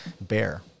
Bear